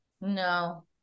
No